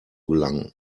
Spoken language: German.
gelangen